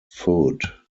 food